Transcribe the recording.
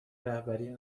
رهبری